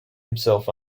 himself